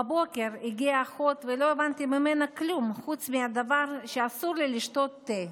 בבוקר הגיעה האחות ולא הבנתי ממנה כלום חוץ מזה שאסור לי לשתות תה.